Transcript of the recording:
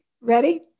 ready